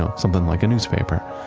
ah something like a newspaper,